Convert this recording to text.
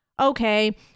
okay